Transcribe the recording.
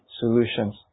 Solutions